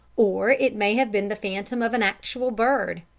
or it may have been the phantom of an actual bird.